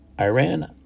Iran